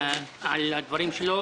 על הדברים שלו.